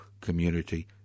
community